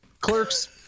Clerks